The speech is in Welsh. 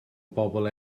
bobol